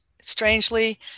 strangely